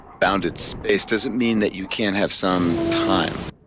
bounded space doesn't mean that you can't have some time